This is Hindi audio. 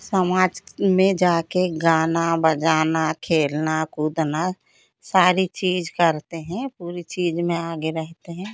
समाज में जाकर गाना बजाना खेलना कूदना सारी चीज़ें करते हैं पूरी चीज़ में आगे रहते हैं